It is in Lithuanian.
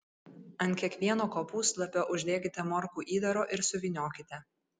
ant kiekvieno kopūstlapio uždėkite morkų įdaro ir suvyniokite